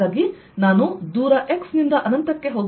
ಆದ್ದರಿಂದ ನಾನು ದೂರ x ನಿಂದ ಅನಂತಕ್ಕೆ ಹೋಗುವ ಇಂಟೆಗ್ರಲ್ E